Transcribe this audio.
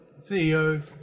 CEO